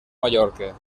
mallorca